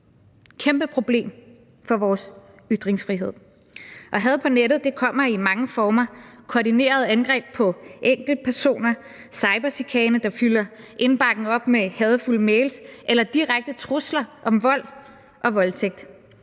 kæmpeproblem for vores ytringsfrihed. Had på nettet kommer i mange former: Koordinerede angreb på enkeltpersoner, cyberchikane, der fylder indbakken op med hadefulde mails, eller direkte trusler om vold og voldtægt.